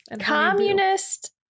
Communist